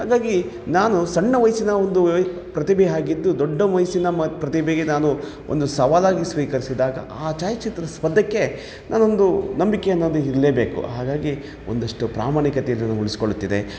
ಹಂಗಾಗಿ ನಾನು ಸಣ್ಣ ವಯಸ್ಸಿನ ಒಂದು ಪ್ರತಿಭೆ ಆಗಿದ್ದು ದೊಡ್ಡ ವಯಸ್ಸಿನ ಮತ್ತು ಪ್ರತಿಭೆಗೆ ನಾನು ಒಂದು ಸವಾಲಾಗಿ ಸ್ವೀಕರಿಸಿದಾಗ ಆ ಛಾಯಾಚಿತ್ರ ಸ್ಪದ್ದಕ್ಕೆ ನಾನೊಂದು ನಂಬಿಕೆ ಅನ್ನೋದು ಇರ್ಲೇಬೇಕು ಹಾಗಾಗಿ ಒಂದಷ್ಟು ಪ್ರಾಮಾಣಿಕತೆಯನ್ನು ಉಳ್ಸ್ಕೊಳ್ತಿದೆ